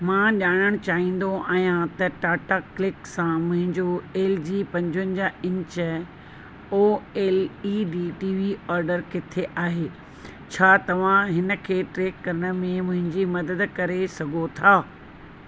मां ॼाणणु चाहींदो आहियां त टाटा क्लिक सां मुंहिंजो एलजी पंजवंजाह इंच ओएलईडी टीवी ऑडर किथे आहे छा तव्हां हिन खे ट्रैक करण में मुंहिंजी मदद करे सघो था